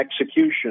execution